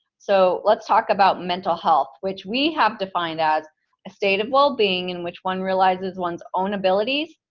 so let's talk about mental health, which we have defined as a state of well-being in which one realizes one's own abilities,